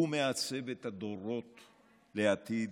הוא מעצב את הדורות לעתיד,